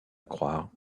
croire